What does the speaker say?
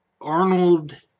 Arnold